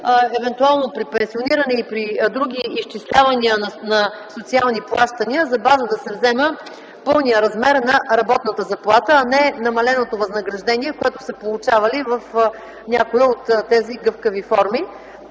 евентуално при пенсиониране и при други изчислявания на социални плащания за база да се взема пълния размер на работната заплата, а не намаленото възнаграждение, което са получавали в някоя от тези гъвкави форми.